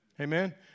Amen